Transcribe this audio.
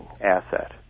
asset